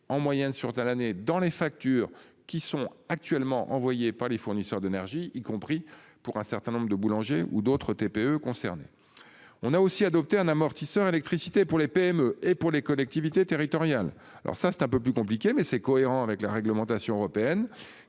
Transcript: en moyenne sur ta l'année dans les factures qui sont actuellement envoyés par les fournisseurs d'énergie, y compris pour un certain nombre de boulanger ou d'autres TPE concernées. On a aussi adopté un amortisseur électricité pour les PME. Et pour les collectivités territoriales. Alors ça c'est un peu plus compliqué mais c'est cohérent avec la réglementation européenne